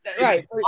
right